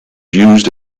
used